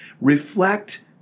Reflect